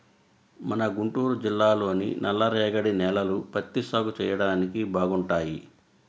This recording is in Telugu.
మన గుంటూరు జిల్లాలోని నల్లరేగడి నేలలు పత్తి సాగు చెయ్యడానికి బాగుంటాయి